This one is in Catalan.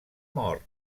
mort